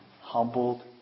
humbled